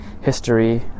history